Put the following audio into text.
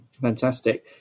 fantastic